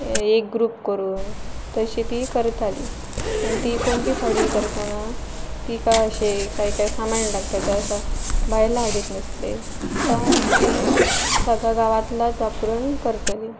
एक ग्रूप करून तशी ती करताली आनी ती कोण बी साडी करताना तीका अशें कायां काय सामाण लागता ते आसा बायलां हाडीत नासलें त्या सामण सळ गांवांतल्याच वापरून करतलीं